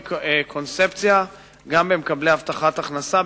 קונספציה גם בעניין מקבלי הבטחת הכנסה,